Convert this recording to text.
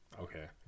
Okay